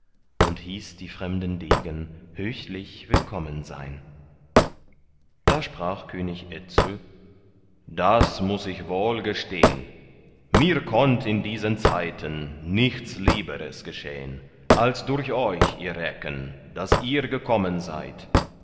und hieß die fremden degen höchlich willkommen sein da sprach könig etzel das muß ich wohl gestehn mir konnt in diesen zeiten nichts lieberes geschehn als durch euch ihr recken daß ihr gekommen seid